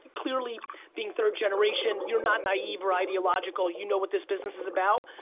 clearly being third generation, you're not naive or ideological, you know what this business is about.